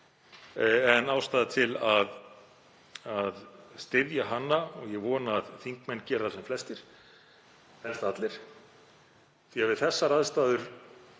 og ástæða til að styðja hana. Ég vona að þingmenn geri það sem flestir, helst allir, því að við þessar aðstæður